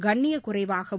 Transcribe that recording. கண்ணியக்குறைவாகவும்